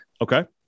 Okay